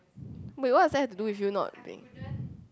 wait what has that have to do with you not being